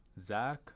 Zach